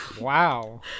wow